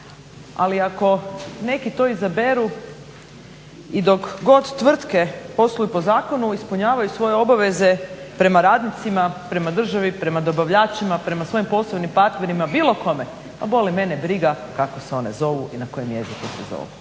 ali ako neki to izaberu i dok god tvrtke posluju po zakonu, ispunjavaju svoje obaveze prema radnicima, prema državi, prema dobavljačima, prema svojim poslovnim partnerima, bilo kome, ma boli mene briga kako se one zovu i na kojem jeziku se zovu.